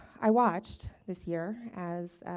i watched this year as,